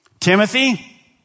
Timothy